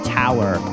tower